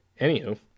Anywho